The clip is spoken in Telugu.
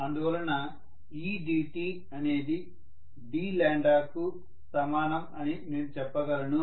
అందువలన edt అనేది d కు సమానం అని నేను చెప్పగలను